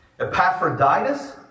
Epaphroditus